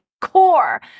core